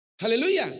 Hallelujah